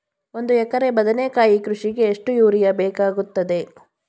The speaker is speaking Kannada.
ಒಂದು ಎಕರೆ ಬದನೆಕಾಯಿ ಕೃಷಿಗೆ ಎಷ್ಟು ಯೂರಿಯಾ ಬೇಕಾಗುತ್ತದೆ?